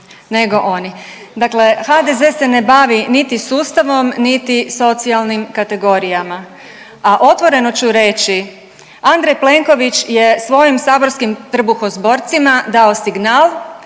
nego oni. Dakle, HDZ se ne bavi niti sustavom, niti socijalnim kategorijama a otvoreno ću reći Andrej Plenković je svojim saborskim trbuhozborcima dao signal